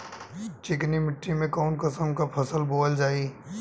चिकनी मिट्टी में कऊन कसमक फसल बोवल जाई?